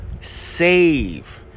save